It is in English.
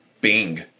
Bing